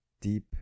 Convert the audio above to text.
deep